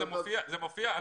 זה מופיע.